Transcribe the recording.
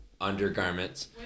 undergarments